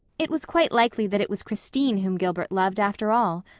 it was quite likely that it was christine whom gilbert loved after all.